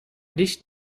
licht